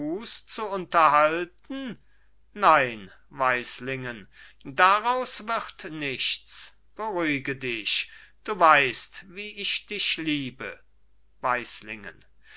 zu unterhalten nein weislingen daraus wird nichts beruhige dich du weißt wie ich dich liebe